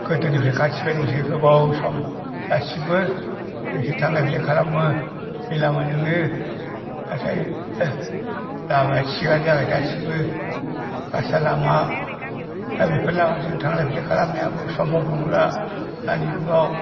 गोदोनिफ्राय खाथिबाय जोंसो गोबाव सम दासिमबो नोंसोर थांलाय फैलाय खालामो बे लामाजोंनो नाथाय लामाया थिगानो जाबाय दासिमबो खासा लामा दा बेफोर लामाजोंनो थांलाय फैलाय खालामनायाबो समभब नंला दानि जुगाव